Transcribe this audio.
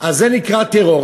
אז זה נקרא טרור.